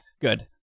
good